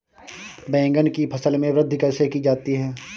बैंगन की फसल में वृद्धि कैसे की जाती है?